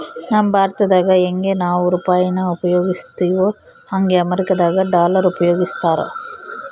ನಮ್ ಭಾರತ್ದಾಗ ಯಂಗೆ ನಾವು ರೂಪಾಯಿನ ಉಪಯೋಗಿಸ್ತಿವೋ ಹಂಗೆ ಅಮೇರಿಕುದಾಗ ಡಾಲರ್ ಉಪಯೋಗಿಸ್ತಾರ